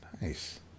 Nice